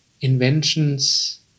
inventions